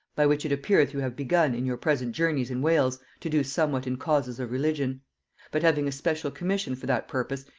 by which it appeareth you have begun, in your present journeys in wales, to do somewhat in causes of religion but having a special commission for that purpose,